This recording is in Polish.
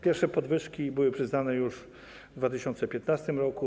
Pierwsze podwyżki były przyznane już w 2015 r.